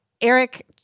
Eric